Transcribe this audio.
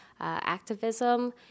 activism